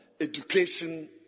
education